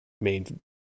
main